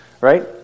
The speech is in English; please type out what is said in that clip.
right